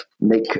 make